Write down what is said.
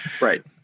Right